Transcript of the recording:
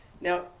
Now